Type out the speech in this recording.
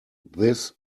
this